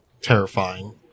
terrifying